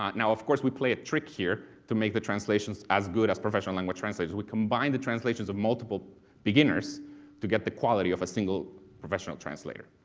now, of course we played a trick here to make the translations as good as professional language translators. we combined the translations of multiple beginners to get the quality of a single professional translator.